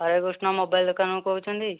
Harekrushna mobile ଦୋକାନରୁ କହୁଛନ୍ତି